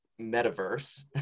metaverse